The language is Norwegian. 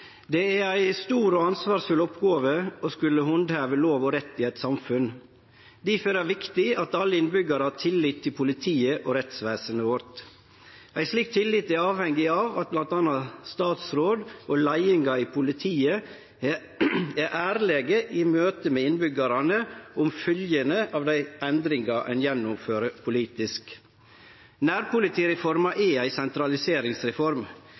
Det er ei stor og ansvarsfull oppgåve å skulle handheve lov og rett i eit samfunn. Difor er det viktig at alle innbyggjarane har tillit til politiet og rettsvesenet vårt. Ei slik tillit er avhengig av at bl.a. statsråden og leiinga i politiet er ærlege i møte med innbyggjarane om fylgjene av dei endringane ein gjennomfører politisk. Nærpolitireforma er ei sentraliseringsreform.